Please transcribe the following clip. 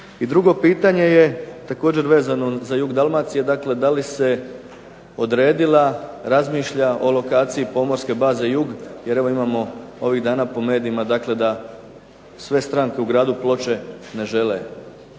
drugo pitanje je također vezano za jug Dalmacije. Dakle, da li se odredila, razmišlja o lokaciji pomorske baze jug jer imamo ovih dana po medijima dakle da sve stranke u gradu Ploče ne žele